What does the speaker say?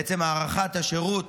בעצם בהארכת השירות.